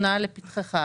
לפתחך,